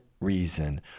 reason